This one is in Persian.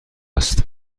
است